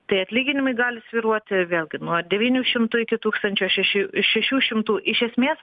tai atlyginimai gali svyruoti vėlgi nuo devynių šimtų iki tūkstančio šešių šešių šimtų iš esmės